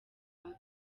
hafi